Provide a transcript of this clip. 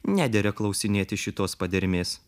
nedera klausinėti šitos padermės